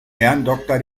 ehrendoktor